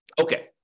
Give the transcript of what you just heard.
Okay